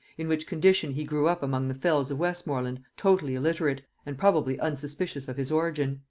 in which condition he grew up among the fells of westmorland totally illiterate, and probably unsuspicious of his origin.